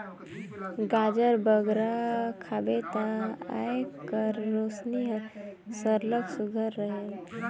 गाजर बगरा खाबे ता आँएख कर रोसनी हर सरलग सुग्घर रहेल